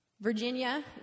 Virginia